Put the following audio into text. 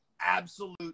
Absolute